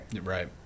Right